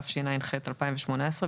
התשע"ח-2018 ,